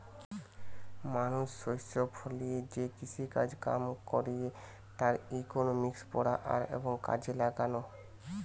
মানুষ শস্য ফলিয়ে যে কৃষিকাজ কাম কইরে তার ইকোনমিক্স পড়া আর এবং কাজে লাগালো